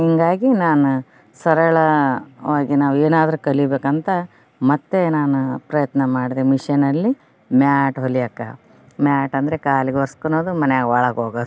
ಹಿಂಗಾಗಿ ನಾನು ಸರಳವಾಗಿ ನಾವು ಏನಾದ್ರ ಕಲಿಯಬೇಕಂತ ಮತ್ತೆ ನಾನು ಪ್ರಯತ್ನ ಮಾಡದೇ ಮಿಷಿನಲ್ಲಿ ಮ್ಯಾಟ್ ಹೊಲಿಯಾಕ ಮ್ಯಾಟ್ ಅಂದರೆ ಕಾಲಿಗೆ ಒರ್ಸ್ಕೋನುದು ಮನ್ಯಾಗ ಒಳಗೆ ಹೋಗದು